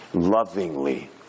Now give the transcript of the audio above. lovingly